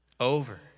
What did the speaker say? Over